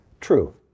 True